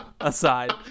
aside